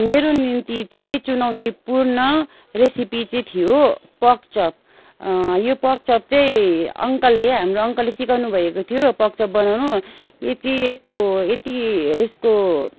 मेरो निम्ति चाहिँ चुनौतीपूर्ण रेसिपी चाहिँ थियो पर्क चप यो पर्क चप चाहिँ अङ्कलले हाम्रो अङ्कलले सिकाउनुभएको थियो पर्क चप बनाउनु यो चाहिँ यस्तो यति यस्को